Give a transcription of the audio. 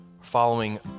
following